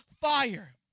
fire